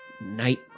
night